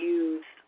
use